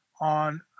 on